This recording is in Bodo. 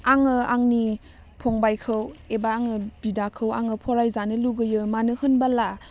आङो आंनि फंबाइखौ एबा आङो बिदाखौ आङो फरायजानो लुगैयो मानो होनबाला